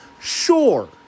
Sure